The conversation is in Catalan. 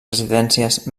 residències